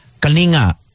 Kalinga